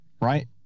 right